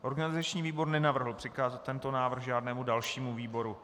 Organizační výbor nenavrhl přikázat tento návrh žádnému dalšímu výboru.